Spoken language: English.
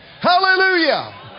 Hallelujah